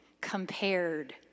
compared